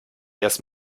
erst